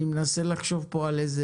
אני מנסה לחשוב כאן על איזה